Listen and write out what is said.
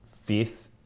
fifth